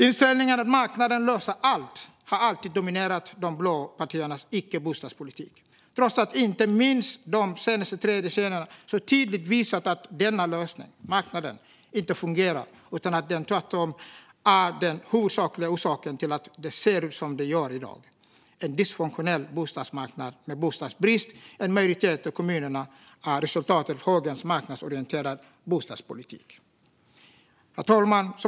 Inställningen att marknaden löser allt har alltid dominerat de blå partiernas icke-bostadspolitik, trots att inte minst de senaste tre decennierna mycket tydligt har visat att denna så kallade lösning - marknaden - inte fungerar utan tvärtom är den huvudsakliga orsaken till att det ser ut som det gör i dag. En dysfunktionell bostadsmarknad med bostadsbrist i en majoritet av kommunerna är resultatet av högerns marknadsorienterade bostadspolitik. Herr talman!